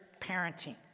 parenting